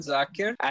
Zakir